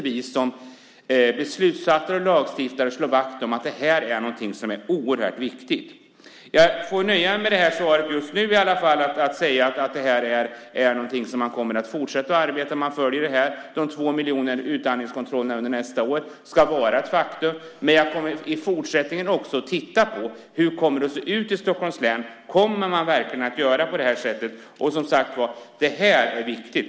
Vi som beslutsfattare och lagstiftare måste slå vakt om detta. Detta är någonting oerhört viktigt. Jag får nöja mig med detta svar just nu, att man kommer att fortsätta att arbeta med detta och följa detta. De två miljoner utandningskontrollerna under nästa år ska vara ett faktum. Men jag kommer i fortsättningen också att titta på hur det kommer att se ut i Stockholms län och om man verkligen kommer att göra på detta sätt. Och, som sagt var, detta är viktigt.